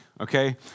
Okay